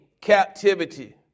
captivity